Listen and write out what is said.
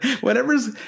Whatever's